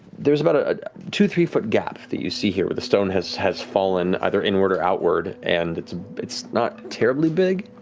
there's about a two, three foot gap that you see here where the stone has has fallen either inward or outward and it's it's not terribly big.